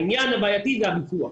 העניין הבעייתי זה הביצוע.